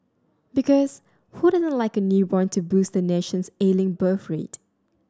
because who doesn't like a newborn to boost the nation's ailing birth rate